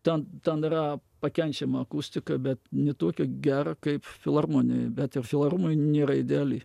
ten ten yra pakenčiama akustika bet ne tokia gera kaip filharmonijoj bet ir filharmonijoj nėra ideali